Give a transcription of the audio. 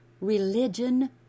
religion